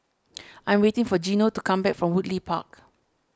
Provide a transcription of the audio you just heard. I am waiting for Geno to come back from Woodleigh Park